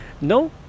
No